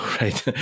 right